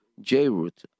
J-Root